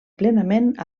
plenament